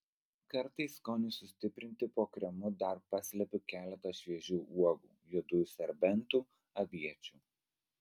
kartais skoniui sustiprinti po kremu dar paslepiu keletą šviežių uogų juodųjų serbentų aviečių